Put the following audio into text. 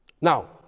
Now